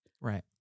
Right